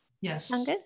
Yes